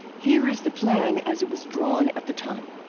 here is the plan as it was drawn at the time.